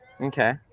Okay